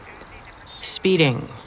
Speeding